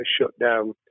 shutdown